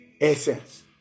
Essence